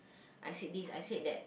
I said this I said that